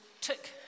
took